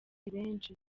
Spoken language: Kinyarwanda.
benshi